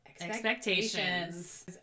expectations